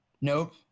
Nope